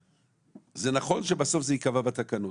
שזה נכון שבסוף זה ייקבע בתקנות,